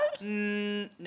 No